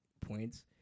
points